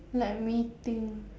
let me think